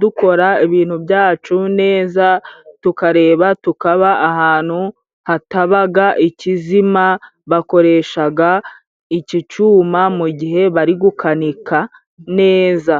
dukora ibintu byacu neza tukareba, tukaba ahantu hatabaga ikizima, bakoreshaga iki cuma mu gihe bari gukanika neza.